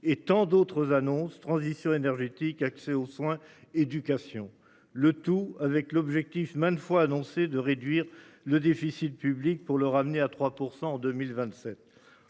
et tant d'autres annonces transition énergétique. Accès aux soins, éducation. Le tout avec l'objectif maintes fois annoncée de réduire le déficit public pour le ramener à 3% en 2027.